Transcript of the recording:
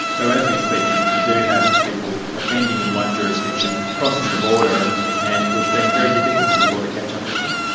so as we speak, you you do have people offending in one jurisdiction, crossing the border, and and it being very difficult for the law to catch up with them.